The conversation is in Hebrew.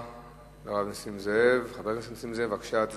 הרב נסים זאב, חבר הכנסת נסים זאב, תודה רבה לך.